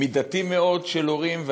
מידתי מאוד של הורים.